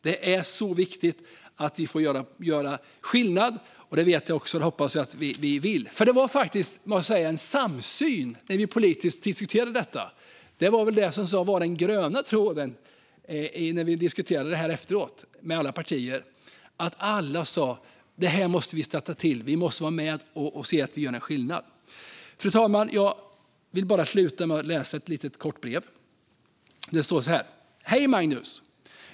Det är så viktigt att vi får göra skillnad, och det hoppas jag att vi vill. Det var en samsyn när vi politiskt diskuterade detta. Det var den gröna tråden när vi diskuterade det efteråt med alla partier. Alla sa: Det här måste vi stötta. Vi måste vara med och se att vi gör en skillnad. Fru talman! Jag vill sluta med att läsa ett litet kort brev. Det står så här: "Hej Magnus!